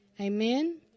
Amen